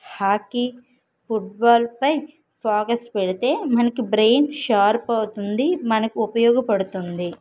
hockey ఫుట్బాల్పై focus పెడితే మనకు బ్రెయిన్ షార్ప్ అవుతుంది మనకు ఉపయోగపడుతుంది